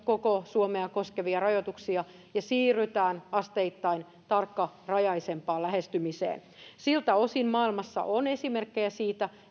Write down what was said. koko suomea koskevia rajoituksia ja siirrytään asteittain tarkkarajaisempaan lähestymiseen siltä osin maailmassa on esimerkkejä siitä